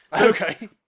Okay